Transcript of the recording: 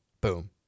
boom